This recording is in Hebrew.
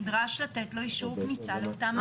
נדרש לתת לו אישור כניסה לאותה מעבדה.